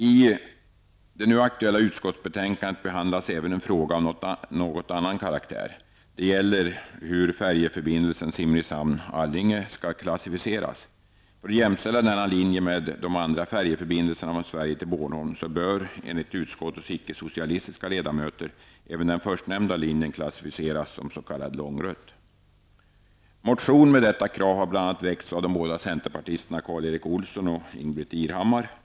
I det nu aktuella utskottsbetänkandet behandlas även en fråga av något annan karaktär. Det är hur färjeförbindelsen Simrishamn--Allinge skall klassificeras. För att jämställa denna linje med de andra färjeförbindelserna från Sverige till Bornholm bör, enligt utskottets icke-socialistiska ledamöter, även den förstnämnda linjen klassificeras som s.k. lång rutt. Motion med detta krav har bl.a. väckts av de båda centerpartisterna Karl Erik Olsson och Ingbritt Irhammar.